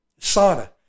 sauna